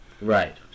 Right